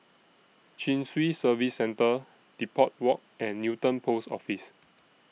Chin Swee Service Centre Depot Walk and Newton Post Office